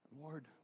Lord